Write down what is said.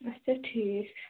اچھا ٹھیٖک